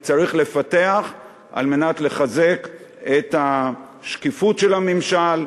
אותם צריך לפתח על מנת לחזק את השקיפות של הממשל,